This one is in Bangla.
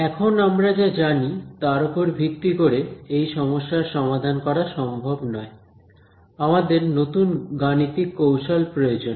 এখন আমরা যা জানি তার ওপর ভিত্তি করে এই সমস্যার সমাধান করা সম্ভব নয় আমাদের নতুন গাণিতিক কৌশল প্রয়োজন